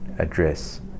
address